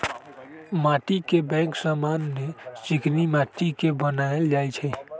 माटीके बैंक समान्य चीकनि माटि के बनायल जाइ छइ